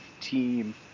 team